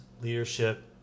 leadership